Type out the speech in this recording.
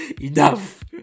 Enough